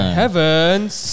heaven's